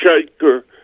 shaker